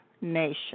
nation